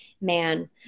man